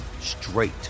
straight